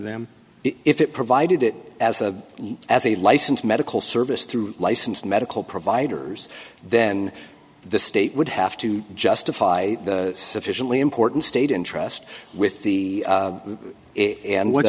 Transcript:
them if it provided it as a as a licensed medical service through licensed medical providers then the state would have to justify the sufficiently important state interest with the and what